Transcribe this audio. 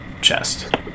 chest